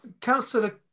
Councillor